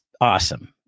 Awesome